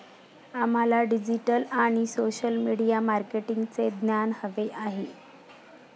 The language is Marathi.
आम्हाला डिजिटल आणि सोशल मीडिया मार्केटिंगचे ज्ञान हवे आहे